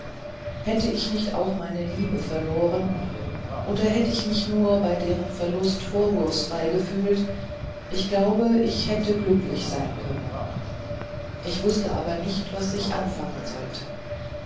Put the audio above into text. hätte ich nicht auch meine liebe verloren oder hätt ich mich nur bei deren verlust vorwurfsfrei gefühlt ich glaube ich hätte glücklich sein können ich wußte aber nicht was ich anfangen sollte